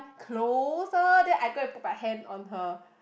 closer then I go and put my hand on her